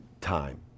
time